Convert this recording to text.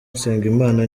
nsengimana